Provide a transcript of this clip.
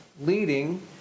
leading